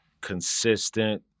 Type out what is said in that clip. consistent